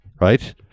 right